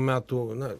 metų na